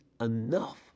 enough